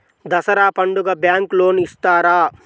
దసరా పండుగ bank loan ఇస్తారా?